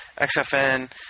XFN